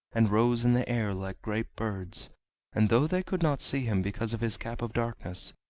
and rose in the air like great birds and though they could not see him because of his cap of darkness,